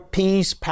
peace